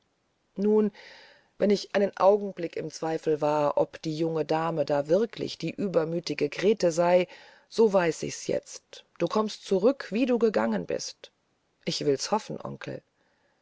nun wenn ich einen augenblick im zweifel war ob die junge dame da wirklich die übermütige grete sei so weiß ich's jetzt du kommst zurück wie du gegangen bist ich will's hoffen onkel